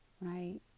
right